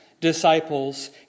disciples